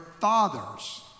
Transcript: fathers